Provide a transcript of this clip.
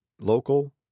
Local